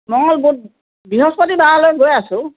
মংগল বুধ বৃহস্পতিবাৰলৈ গৈ আছোঁ